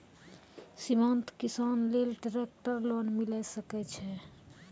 सीमांत किसान लेल ट्रेक्टर लोन मिलै सकय छै?